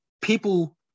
people